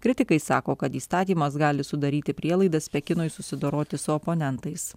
kritikai sako kad įstatymas gali sudaryti prielaidas pekinui susidoroti su oponentais